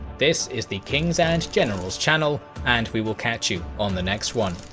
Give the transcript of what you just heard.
this is the kings and generals channel, and we will catch you on the next one.